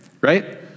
right